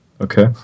Okay